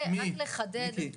מיקי.